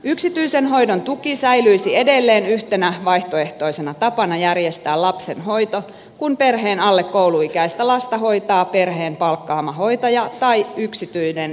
yksityisen hoidon tuki säilyisi edelleen yhtenä vaihtoehtoisena tapana järjestää lapsen hoito kun perheen alle kouluikäistä lasta hoitaa perheen palkkaama hoitaja tai yksityinen päivähoidon tuottaja